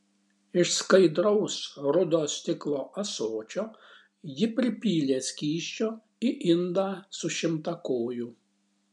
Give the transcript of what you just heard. iš skaidraus rudo stiklo ąsočio ji pripylė skysčio į indą su šimtakoju